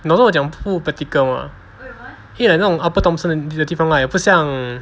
你懂为什么我讲不 practical mah 因为那种 upper thomson 的地方也不像